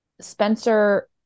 Spencer